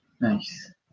Nice